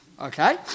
okay